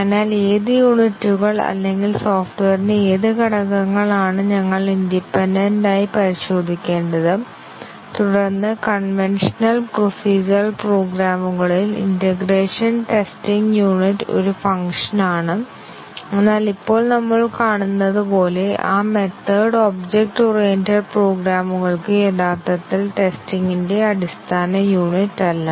അതിനാൽ ഏത് യൂണിറ്റുകൾ അല്ലെങ്കിൽ സോഫ്റ്റ്വെയറിന്റെ ഏത് ഘടകങ്ങളാണ് ഞങ്ങൾ ഇൻഡിപെൻഡെന്റ് ആയി പരിശോധിക്കേണ്ടത് തുടർന്ന് കൺവെൻഷണൽ പ്രൊസീജ്യറൽ പ്രോഗ്രാമുകളിൽ ഇന്റേഗ്രേഷൻ ടെസ്റ്റിങ് യൂണിറ്റ് ഒരു ഫംഗ്ഷൻ ആണ് എന്നാൽ ഇപ്പോൾ നമ്മൾ കാണുന്നതുപോലെ ആ മെത്തേഡ് ഒബ്ജക്റ്റ് ഓറിയന്റഡ് പ്രോഗ്രാമുകൾക്ക് യഥാർത്ഥത്തിൽ ടെസ്റ്റിങ് ന്റെ അടിസ്ഥാന യൂണിറ്റ് അല്ല